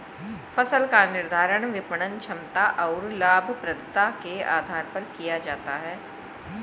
फसल का निर्धारण विपणन क्षमता और लाभप्रदता के आधार पर किया जाता है